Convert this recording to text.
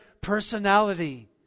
personality